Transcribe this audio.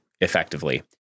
effectively